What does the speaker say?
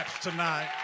tonight